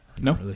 No